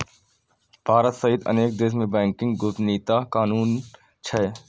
भारत सहित अनेक देश मे बैंकिंग गोपनीयता कानून छै